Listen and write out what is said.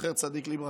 זכר צדיק לברכה,